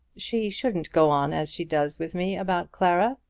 she shouldn't go on as she does with me about clara,